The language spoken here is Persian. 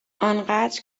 انقدر